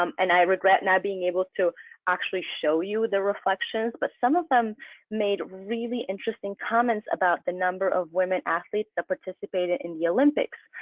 um and i regret not being able to actually show you the reflections. but some of them made really interesting comments about the number of women athletes that participated in the olympics.